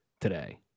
today